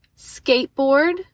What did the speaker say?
skateboard